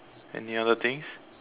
any other things